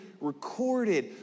recorded